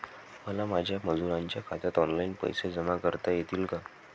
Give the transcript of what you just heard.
मला माझ्या मजुरांच्या खात्यात ऑनलाइन पैसे जमा करता येतील का?